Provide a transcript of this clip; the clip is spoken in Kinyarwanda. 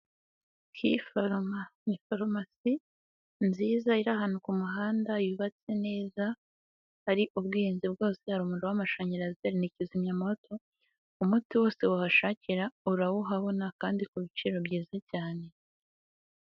Ki forumasi, ni farumasi nziza iri ahantu ku muhanda yubatse neza, hari ubwihinzi bwose, hari umuriro w'amashanyarazi, hari na kizimyamto, umuti wose wahashakira urawuhabona kandi ku biciro byiza cyane.